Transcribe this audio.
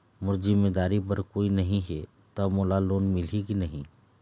मोर जिम्मेदारी बर कोई नहीं हे त मोला लोन मिलही की नहीं?